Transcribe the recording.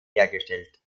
hergestellt